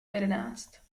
jedenáct